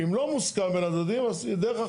אם לא מוסכם בין הצדדים, אז דרך אחרת.